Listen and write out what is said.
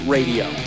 Radio